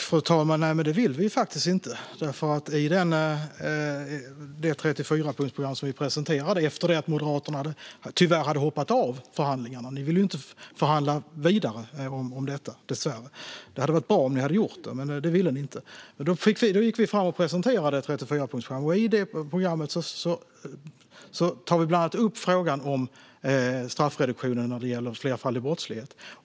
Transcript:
Fru talman! Det vill vi faktiskt inte. Moderaterna hoppade tyvärr av förhandlingarna - ni ville ju inte förhandla vidare om detta, Ellen Juntti. Det hade varit bra om ni hade gjort det, men det ville ni inte. Efter att ni hade hoppat av förhandlingarna gick vi fram och presenterade ett 34-punktsprogram. I det programmet tar vi bland annat upp frågan om straffreduktion när det gäller flerfaldig brottslighet.